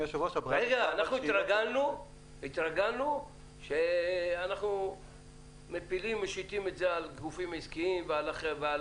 אנחנו התרגלנו שאנחנו משיתים את זה על הגופים העסקים ועל